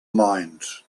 mines